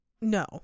No